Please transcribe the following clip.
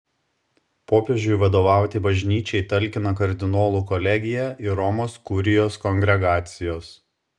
popiežiui vadovauti bažnyčiai talkina kardinolų kolegija ir romos kurijos kongregacijos